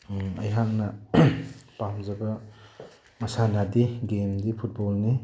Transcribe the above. ꯑꯩꯍꯥꯛꯅ ꯄꯥꯝꯖꯕ ꯃꯁꯥꯟꯅꯗꯤ ꯒꯦꯝꯗꯤ ꯐꯨꯠꯕꯣꯜꯂꯤ